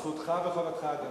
זכותך וחובתך,